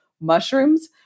mushrooms